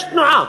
יש תנועה.